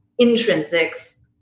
intrinsics